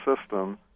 system